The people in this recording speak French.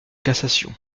cassation